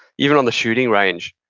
even on the shooting range.